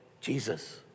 Jesus